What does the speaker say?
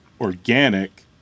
organic